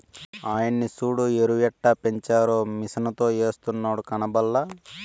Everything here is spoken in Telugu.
ఆయన్ని సూడు ఎరుయెట్టపెంచారో మిసనుతో ఎస్తున్నాడు కనబల్లా